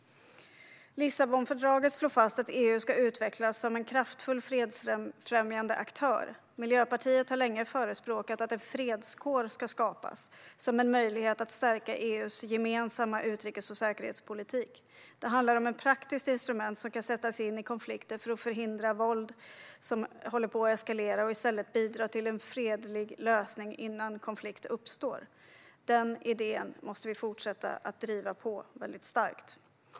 Lissabonfördraget slår fast att EU ska utvecklas som en kraftfull fredsfrämjande aktör. Miljöpartiet har länge förespråkat att en fredskår ska skapas, som en möjlighet att stärka EU:s gemensamma utrikes och säkerhetspolitik. Det handlar om ett praktiskt instrument som kan sättas in i konflikter för att förhindra våld som håller på att eskalera och i stället bidra till en fredlig lösning innan konflikt uppstår. Den idén måste vi fortsätta att starkt driva på för.